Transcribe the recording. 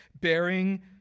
bearing